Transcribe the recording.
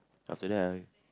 after that I